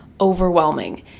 overwhelming